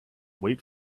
wait